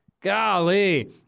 golly